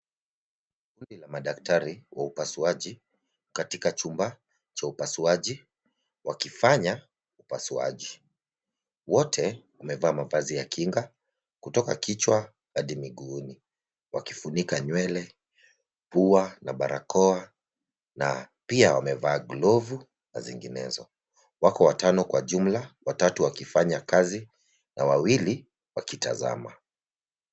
Kundi la madktari wa upasuaji katika chumba cha upasuaji wakifanya upasuaji. Wote wamevaa mavazi ya kinga kutoka kichwa hadi miguuni wakifunika nywele, pua na barakoa na pia wamevaa glovu zinginezo. Wako watano kwa jumla, watatu wakifanya kazi na wawili wakitazama.